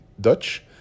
Dutch